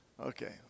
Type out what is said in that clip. Okay